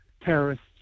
terrorists